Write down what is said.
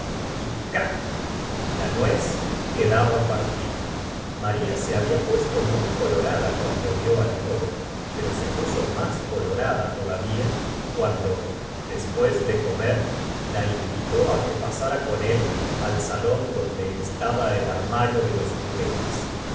la nuez quedaba pattida maria se había puesto muy colorada cuando vió al joven pero se puso más colo ada toda vla cuando después de comer la invitó á que pasara con él al salón donde es taba el armario de los juguetes